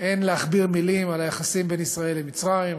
אין להכביר מילים על היחסים בין ישראל למצרים,